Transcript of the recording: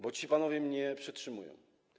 Bo ci panowie mnie przetrzymują.